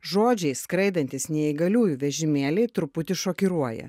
žodžiai skraidantys neįgaliųjų vežimėliai truputį šokiruoja